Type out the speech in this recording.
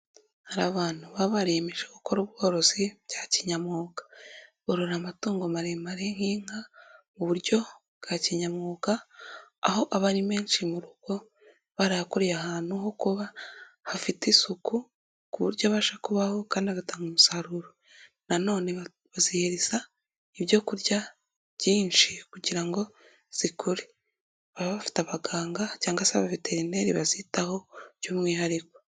Hari abantu baba bariyemeje gukora ubworozi bya kinyamwuga. Borora amatungo maremare nk'inka mu buryo bwa kinyamwuga, aho aba ari menshi mu rugo barayakoreye ahantu ho kuba, hafite isuku ku buryo abasha kubaho kandi agatanga umusaruro. Nanone bazihereza ibyo kurya byinshi kugira ngo zikure. Baba bafite abaganga cyangwa se abaveterineri bazitaho by'umwihariko.